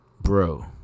Bro